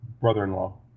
Brother-in-law